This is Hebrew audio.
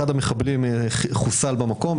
אחד המחבלים חוסל במקום,